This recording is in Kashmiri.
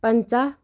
پَنٛژاہ